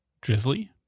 drizzly